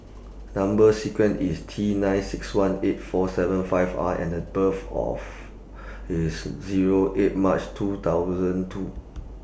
Number sequence IS T nine six one eight four seven five R and The birth of IS Zero eight March two thousand two